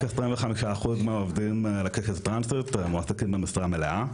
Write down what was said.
רק 25% מהעובדים מהקהילה הטרנסית מועסקים במשרה מלאה.